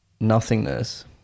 nothingness